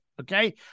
okay